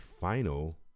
final